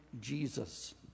Jesus